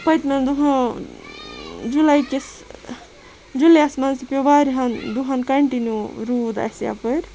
پٔتمن دۄہَن جُلَے کِس جُلیَس مَنٛز پیٚو وارہاین دۄہَن کَنٹِنیٚو روٗد اَسہِ یَپٲر